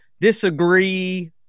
disagree